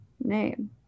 name